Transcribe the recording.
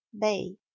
Bay